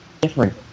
different